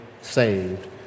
saved